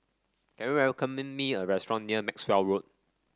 can you recommend me a restaurant near Maxwell Road